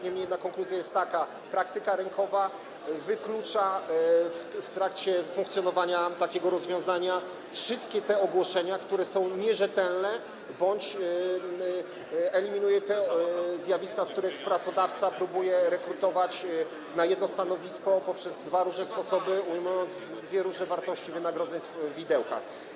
Niemniej jednak konkluzja jest taka: praktyka rynkowa wyklucza w trakcie funkcjonowania takiego rozwiązania wszystkie te ogłoszenia, które są nierzetelne, bądź eliminuje te zjawiska, w których pracodawca próbuje rekrutować na jedno stanowisko poprzez dwa różne sposoby, ujmując w dwie różne wartości wynagrodzenia w widełkach.